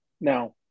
Now